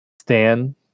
Stan